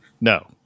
No